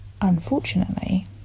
unfortunately